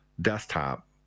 desktop